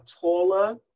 taller